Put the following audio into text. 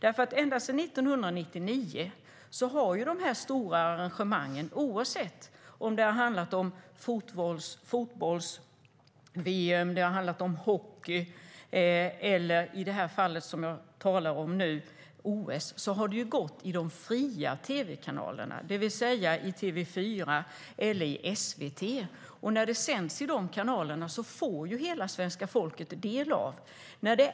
Ända sedan 1999 har de stora arrangemangen oavsett om det har handlat om fotbolls-VM, hockey eller OS, som i det fall jag talar om nu, sänts i de fria tv-kanalerna, det vill säga i TV4 eller i SVT. När det sänds i dessa kanaler får hela svenska folket ta del av det.